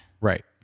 Right